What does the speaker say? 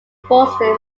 boston